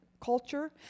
culture